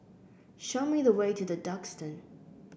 show me the way to The Duxton